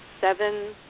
seven